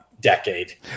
decade